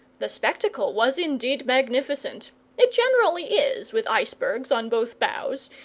the spectacle was indeed magnificent it generally is, with icebergs on both bows,